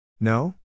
No